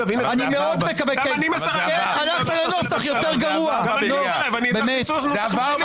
גם אני מסרב להעביר את הנוסח של הממשלה.